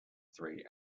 three